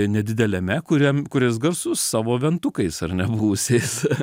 nedideliame kuriam kuris garsus savo ventukais ar ne buvusiais